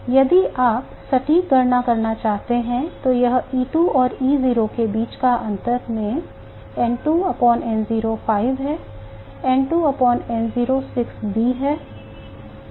यदि आप सटीक गणना करना चाहते हैं तो यह E2 और E0 के बीच के अंतर में N2N0 5 है N2N0 6B है